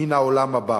מן העולם הבא.